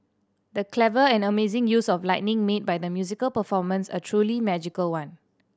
the clever and amazing use of lighting made by the musical performance a truly magical one